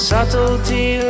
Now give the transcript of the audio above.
Subtlety